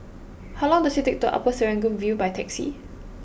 how long does it take to Upper Serangoon View by taxi